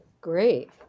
Great